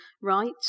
right